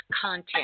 content